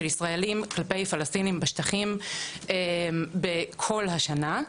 ישראלים כלפי פלשתינים בשטחים בכל השנה,